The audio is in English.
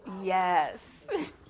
Yes